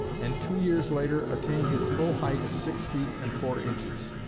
and two years later attained his full height of six feet and four inches.